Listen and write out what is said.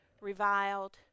reviled